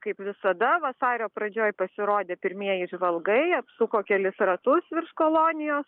kaip visada vasario pradžioj pasirodė pirmieji žvalgai apsuko kelis ratus virš kolonijos